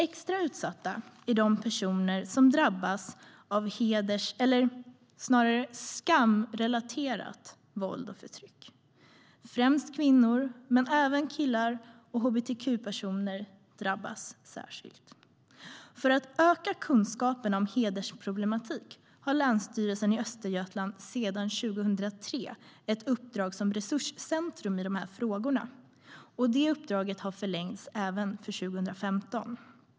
Extra utsatta är de personer som drabbas av hedersrelaterat, eller snarare skamrelaterat, våld och förtryck. Främst kvinnor men även killar och hbtq-personer drabbas särskilt. För att öka kunskaperna om hedersproblematik har Länsstyrelsen i Östergötland sedan 2003 ett uppdrag som resurscentrum i dessa frågor. Det uppdraget har förlängts även för 2015.